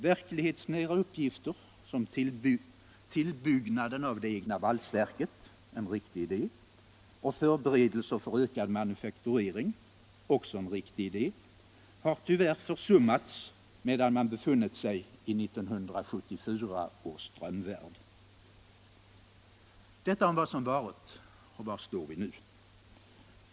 Verklighetsnära uppgifter som tillbyggnaden av det egna valsverket — en riktig idé — och förberedelser för ökad manufakturering — också en viktig idé — har tyvärr försummats medan man befunnit sig i 1974 års drömvärld. Detta om vad som har varit. Var står vi nu?